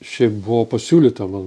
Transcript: šiaip buvo pasiūlyta man